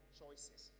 choices